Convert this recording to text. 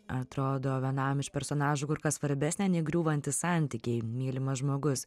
atrodo vienam iš personažų kur kas svarbesnė nei griūvantys santykiai mylimas žmogus